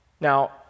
Now